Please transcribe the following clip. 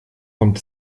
kommt